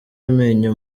amenyo